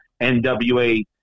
NWA